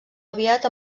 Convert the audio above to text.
aviat